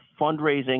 fundraising